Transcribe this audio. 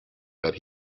that